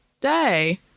day